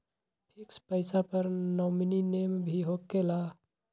Fix पईसा पर nominee name भी होकेला?